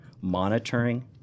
monitoring